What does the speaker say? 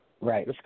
Right